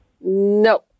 No